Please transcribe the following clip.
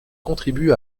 contribue